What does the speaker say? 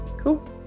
cool